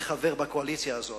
אני חבר בקואליציה הזאת.